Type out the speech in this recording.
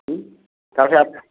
ହୁଁ ତା' ବି ଆବସେଣ୍ଟ